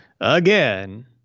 again